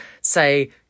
say